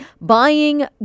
buying